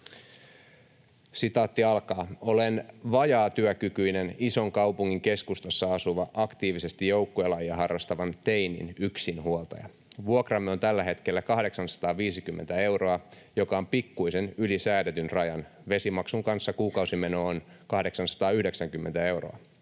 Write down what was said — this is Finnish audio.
huomattavasti.” ”Olen vajaatyökykyinen, ison kaupungin keskustassa asuva, aktiivisesti joukkuelajeja harrastavan teinin yksinhuoltaja. Vuokramme on tällä hetkellä 850 euroa, joka on pikkuisen yli säädetyn rajan. Vesimaksun kanssa kuukausimeno on 890 euroa.